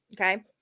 Okay